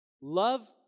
Love